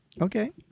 Okay